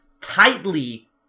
tightly